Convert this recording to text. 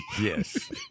Yes